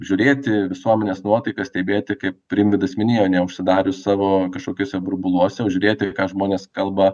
žiūrėti visuomenės nuotaikas stebėti kaip rimvydas minėjo neužsidarius savo kažkokiuose burbuluose o žiūrėti ką žmonės kalba